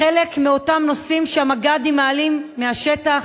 חלק מאותם נושאים שהמג"דים מעלים מהשטח,